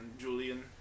Julian